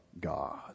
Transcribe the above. God